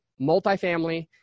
multifamily